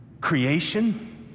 creation